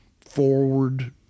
forward